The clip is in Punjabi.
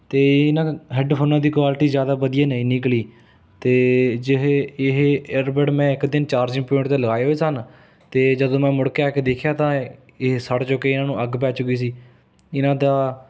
ਅਤੇ ਇਹਨਾਂ ਹੈੱਡਫ਼ੋਨਾਂ ਦੀ ਕੁਆਲਿਟੀ ਜ਼ਿਆਦਾ ਵਧੀਆ ਨਹੀਂ ਨਿਕਲੀ ਅਤੇ ਜੇਹੇ ਇਹ ਈਅਰਬਡ ਇੱਕ ਦਿਨ ਚਾਰਜ ਪੁਆਇੰਟ 'ਤੇ ਲਗਾਏ ਹੋਏ ਸਨ ਅਤੇ ਜਦੋਂ ਮੈਂ ਮੁੜ ਕੇ ਆ ਕੇ ਦੇਖਿਆ ਤਾਂ ਇਹ ਸੜ ਚੁੱਕੇ ਹਨ ਇਹਨਾਂ ਨੂੰ ਅੱਗ ਪੈ ਚੁੱਕੀ ਸੀ ਇਹਨਾਂ ਦਾ